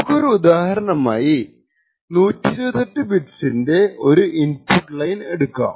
നമുക്കൊരു ഉദാഹരണമായി 128 ബിറ്റസിന്റെ ഇൻപുട്ട് ലൈൻ എടുക്കാം